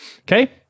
okay